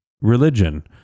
religion